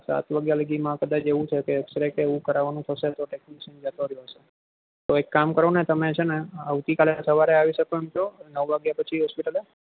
સાત વાગ્યા લગીમાં કદાચ એવું છે કે એક્સરે કે એવું કરાવાનું થશે તો ટેક્નીશીયન જતો રહ્યો હશે એક કામ કરો ને તમે છે ને આવતીકાલે સવારે આવી શકો એમ છો નવ વાગ્યા પછી હોસ્પિટલે